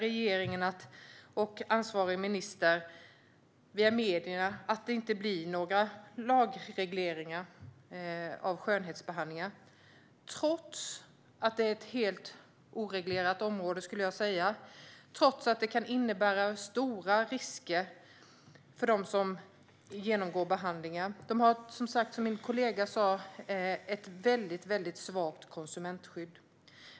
Regeringen och ansvarig minister meddelade i stället via medierna att det inte blir några lagregleringar av skönhetsbehandlingar trots att det är ett, skulle jag säga, helt oreglerat område och trots att detta kan innebära stora risker för dem som genomgår behandlingar. Som min kollega sa har de ett väldigt svagt konsumentskydd.